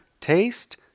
taste